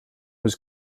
was